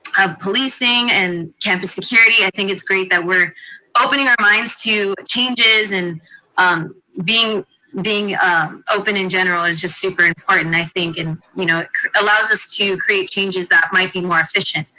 of policing, and campus security. i think it's great that we're opening our minds to changes, and um being being open in general is just super important, i think. and you know it allows us to create changes that might be more efficient.